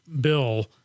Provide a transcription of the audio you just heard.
bill